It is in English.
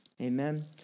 Amen